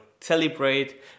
celebrate